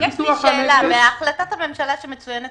אני רוצה להבין: בהחלטת הממשלה שמצוינת